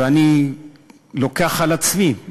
ואני לוקח על עצמי,